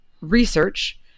research